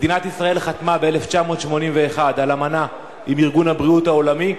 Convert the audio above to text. מדינת ישראל חתמה ב-1981 על אמנה של ארגון הבריאות העולמי,